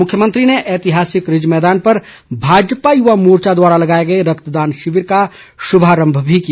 मुख्यमंत्री ने ऐतिहासिक रिज मैदान पर भाजपा युवा मोर्चा द्वारा लगाए गए रक्तदान शिविर का श्रभारंभ भी किया